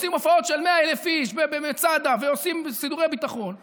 ועושים הופעות של 100,00 איש במצדה ועושים סידורי ביטחון ואבטחה,